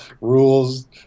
rules